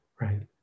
right